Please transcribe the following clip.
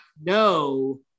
no